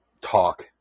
talk